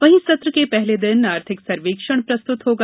वहीं सत्र के पहले दिन आर्थिक सर्वेक्षण प्रस्तुत होगा